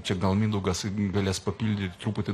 čia gal mindaugas galės papildyti truputį